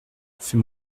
fais